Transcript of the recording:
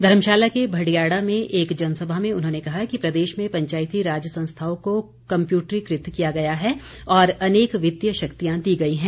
धर्मशाला के भडियाड़ा में एक जनसभा में उन्होंने कहा कि प्रदेश में पंचायती राज संस्थाओं को कम्पयूटरीकृत किया गया है और अनेक वित्तीय शक्तियां दी गई हैं